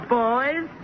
boys